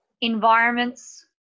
environments